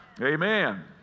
Amen